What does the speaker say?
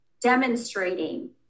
demonstrating